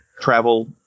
travel